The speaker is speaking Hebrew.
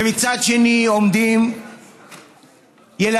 ומצד שני עומדים ילדים,